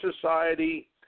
society